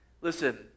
listen